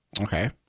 Okay